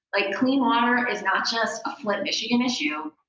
like clean water is not just a flint michigan issue,